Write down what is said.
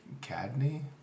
Cadney